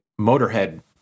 Motorhead